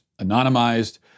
anonymized